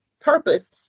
purpose